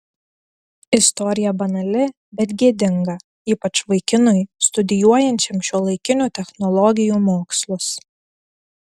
istorija banali bet gėdinga ypač vaikinui studijuojančiam šiuolaikinių technologijų mokslus